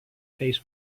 face